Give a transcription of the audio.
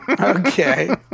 Okay